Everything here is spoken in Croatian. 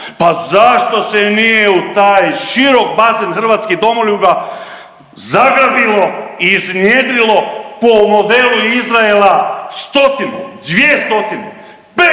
pa zašto se nije u taj širok bazen hrvatskih domoljuba zagrabilo i iznjedrilo po modelu Izraela stotinu, dvije stotine,